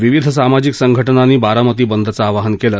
विविध सामाजिक संघटनांनी बारामती बंदचं आवाहन केलं